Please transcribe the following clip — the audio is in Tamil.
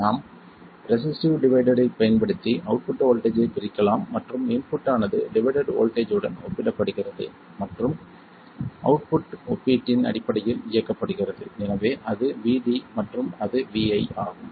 நாம் ரெசிஸ்டிவ் டிவைடட் ஐப் பயன்படுத்தி அவுட்புட் வோல்ட்டேஜ் ஐ பிரிக்கலாம் மற்றும் இன்புட் ஆனது டிவைடட் வோல்ட்டேஜ் உடன் ஒப்பிடப்படுகிறது மற்றும் அவுட்புட் ஒப்பீட்டின் அடிப்படையில் இயக்கப்படுகிறது எனவே அது Vdமற்றும் அது Vi ஆகும்